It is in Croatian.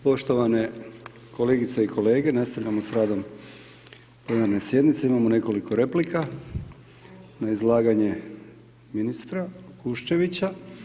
Poštovane kolegice i kolege, nastavljamo s radom plenarne sjednice, imamo nekoliko replika na izlaganje ministra Kuščevića.